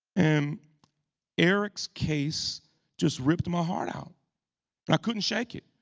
and eric's case just ripped my heart out and i couldn't shake it.